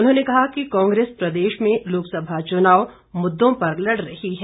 उन्होंने कहा कि कांग्रेस प्रदेश में लोकसभा चुनाव मुद्दों पर लड़ रही है